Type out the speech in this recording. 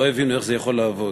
לא הבינו איך זה יכול לעבוד.